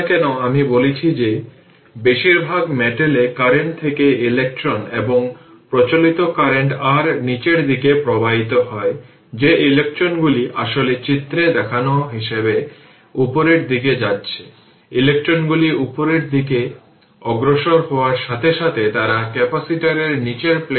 যদি ক্যাপাসিটরটি open circuit হিসাবে কাজ করে তার মানে এই ভোল্টেজ v ক্যাপাসিটর জুড়ে ওপেন সার্কিট